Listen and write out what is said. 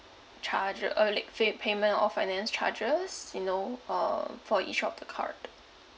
charger uh late fa~ payment or finance charges you know um for each of the card